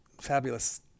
fabulous